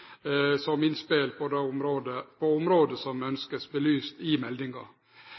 som innspel på område som ein ønskjer belyst i meldinga.